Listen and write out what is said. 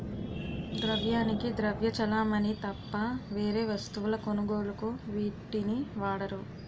ద్రవ్యానికి ద్రవ్య చలామణి తప్ప వేరే వస్తువుల కొనుగోలుకు వీటిని వాడరు